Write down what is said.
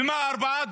ומה הארבעה?